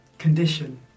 condition